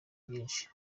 byinshi